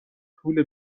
طول